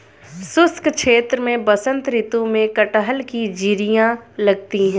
शुष्क क्षेत्र में बसंत ऋतु में कटहल की जिरीयां लगती है